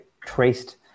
traced